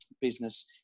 business